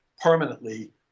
permanently